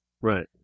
Right